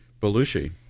Belushi